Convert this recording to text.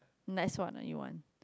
next what are you want